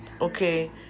okay